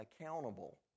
accountable